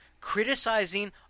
Criticizing